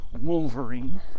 Wolverine